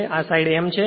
અને આ side m છે